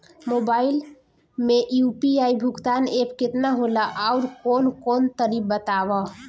Mobile म UPI भुगतान app केतना होला आउरकौन कौन तनि बतावा?